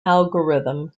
algorithm